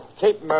Keep